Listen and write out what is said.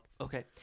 Okay